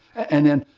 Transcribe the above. and then,